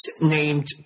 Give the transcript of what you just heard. named